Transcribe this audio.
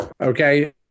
okay